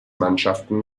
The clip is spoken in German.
mannschaften